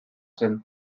zen